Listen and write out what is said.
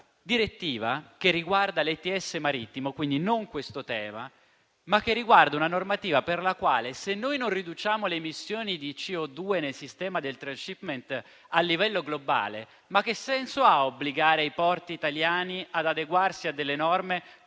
direttiva che riguarda l'ETS marittimo, quindi non il tema alla nostra attenzione, ma una normativa per la quale se noi non riduciamo le emissioni di CO2 nel sistema del *transhipment* a livello globale, che senso ha obbligare i porti italiani ad adeguarsi a delle norme